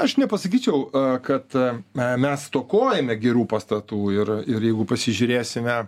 aš nepasakyčiau kad mes stokojame gerų pastatų ir ir jeigu pasižiūrėsime